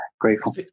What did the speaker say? grateful